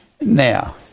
Now